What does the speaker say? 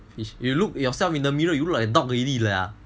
fish you look yourself in the mirror you look like a dog already lah